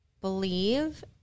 believe